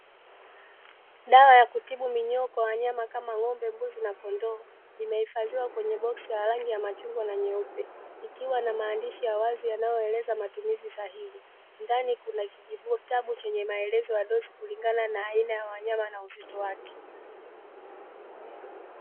Dawa ya kutibu minyoo kwa wanyama kama ng'ombe, mbuzi na kondoo imehifadhiwa kwenye boksi la rangi ya machungwa na nyeupe ikiwa na maandishi ya wazi yanayoeleza matumizi sahihi, ndani kuna kijitabu chenye maelezo ya dozi kulingana na aina ya wanyama na uzito wake.